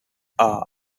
are